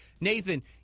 Nathan